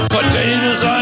Potatoes